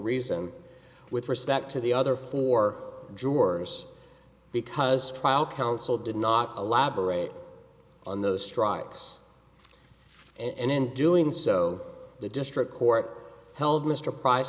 reason with respect to the other four jurors because trial counsel did not elaborate on those strikes and in doing so the district court held mr price